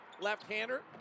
Left-hander